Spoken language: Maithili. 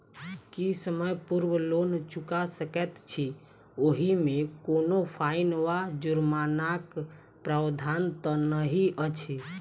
की समय पूर्व लोन चुका सकैत छी ओहिमे कोनो फाईन वा जुर्मानाक प्रावधान तऽ नहि अछि?